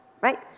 right